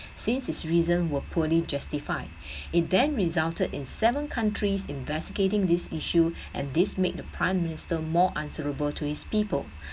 since his reason were poorly justify it then resulted in seven countries investigating this issue and this made the prime minister more answerable to his people